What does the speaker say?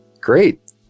Great